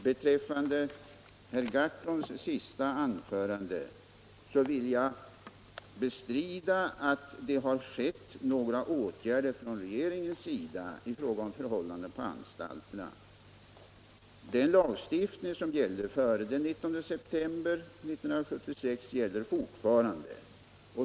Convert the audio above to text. Beträffande vad herr Gahrton sade i sitt senaste anförande vill jag bestrida att regeringen har vidtagit några åtgärder i fråga om förhållandena på anstalterna. Den lagstiftning som gällde före den 19 september 1976 gäller fortfarande.